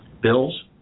bills